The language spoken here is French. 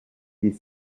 des